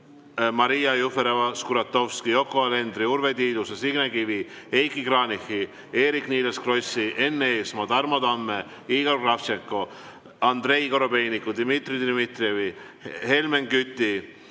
Maria Jufereva‑Skuratovski, Yoko Alenderi, Urve Tiiduse, Signe Kivi, Heiki Kranichi, Eerik-Niiles Krossi, Enn Eesmaa, Tarmo Tamme, Igor Kravtšenko, Andrei Korobeiniku, Dmitri Dmitrijevi, Helmen Küti,